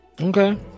okay